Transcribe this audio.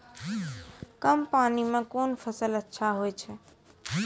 कम पानी म कोन फसल अच्छाहोय छै?